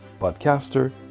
podcaster